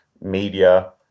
media